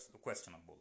questionable